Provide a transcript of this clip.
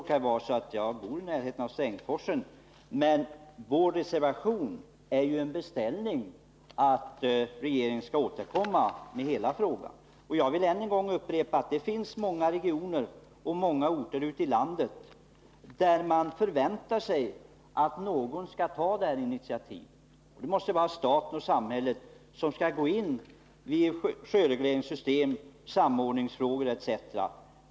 Jag råkar bo i närheten av Strängsforsen, men vår reservation är en beställning till regeringen att återkomma med hela frågan om tillåtligheten av vattenkraftsutbyggnad. Jag vill än en gång upprepa att det finns många regioner och orter ute i landet där man förväntar sig att någon skall ta detta initiativ. Det måste vara staten och samhället som skall gå in när det gäller sjöregleringssystem, samordningsfrågor etc.